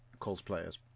cosplayers